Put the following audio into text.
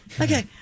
Okay